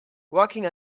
walking